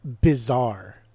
bizarre